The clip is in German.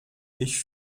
ich